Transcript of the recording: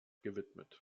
gewidmet